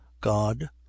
God